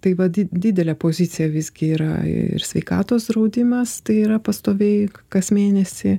tai va didelė pozicija visgi yra ir sveikatos draudimas tai yra pastoviai kas mėnesį